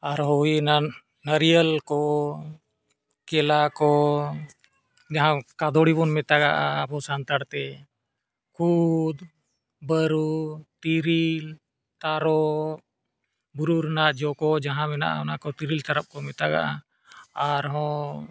ᱟᱨᱦᱚᱸ ᱦᱩᱭᱮᱱᱟ ᱱᱟᱨᱠᱳᱞ ᱠᱚ ᱠᱮᱞᱟ ᱠᱚ ᱡᱟᱦᱟᱸ ᱠᱟᱫᱳᱲᱤ ᱵᱚᱱ ᱢᱮᱛᱟᱜᱼᱟ ᱟᱵᱚ ᱥᱟᱱᱛᱟᱲᱛᱮ ᱠᱩᱫᱽ ᱵᱟᱹᱨᱩ ᱛᱤᱨᱤᱞ ᱛᱟᱨᱚᱵ ᱵᱩᱨᱩ ᱨᱮᱱᱟᱜ ᱡᱚᱼᱠᱚ ᱡᱟᱦᱟᱸ ᱢᱮᱱᱟᱜᱼᱟ ᱚᱱᱟᱠᱚ ᱛᱤᱨᱤᱞ ᱛᱟᱨᱚᱵ ᱠᱚ ᱢᱮᱛᱟᱜᱼᱟ ᱟᱨᱦᱚᱸ